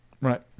Right